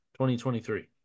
2023